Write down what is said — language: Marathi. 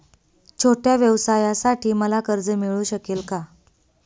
छोट्या व्यवसायासाठी मला कर्ज मिळू शकेल का?